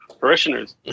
Parishioners